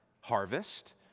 harvest